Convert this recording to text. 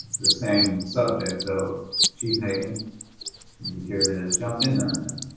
the same subjects so chief hagan, would you care to jump in? ah